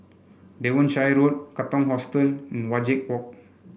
Devonshire Road Katong Hostel and Wajek Walk